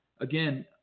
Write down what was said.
again